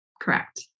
Correct